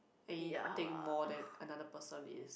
any thing more than another person is